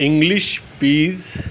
English peas